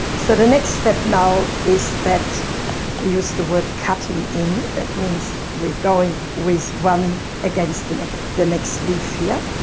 so the next step now is that i use the word cutting-in, that means we're going with one against the next the next leaf here.